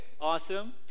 awesome